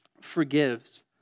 forgives